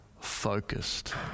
focused